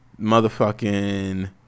Motherfucking